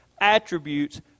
attributes